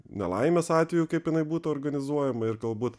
nelaimės atveju kaip jinai būtų organizuojama ir galbūt